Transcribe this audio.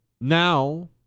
now